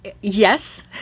yes